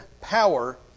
power